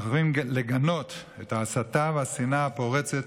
אנחנו חייבים לגנות את ההסתה והשנאה הפורצת